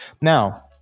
Now